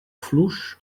fluix